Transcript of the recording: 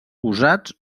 usats